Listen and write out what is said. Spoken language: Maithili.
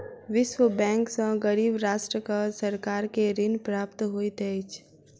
विश्व बैंक सॅ गरीब राष्ट्रक सरकार के ऋण प्राप्त होइत अछि